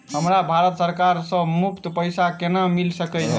हमरा भारत सरकार सँ मुफ्त पैसा केना मिल सकै है?